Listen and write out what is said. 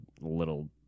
little